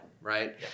right